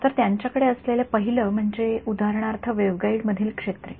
तर त्यांच्याकडे असलेले पहिलं म्हणजे उदाहरणार्थ वेव्हगाईड मधील क्षेत्रे